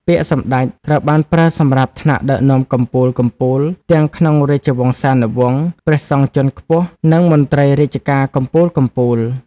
ពាក្យ សម្ដេច ត្រូវបានប្រើសម្រាប់ថ្នាក់ដឹកនាំកំពូលៗ ទាំងក្នុងរាជវង្សានុវង្ស ព្រះសង្ឃជាន់ខ្ពស់ និងមន្ត្រីរាជការកំពូលៗ។